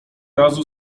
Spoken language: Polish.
razu